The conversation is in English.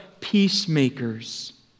peacemakers